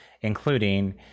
including